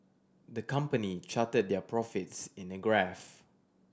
the company charted their profits in a graph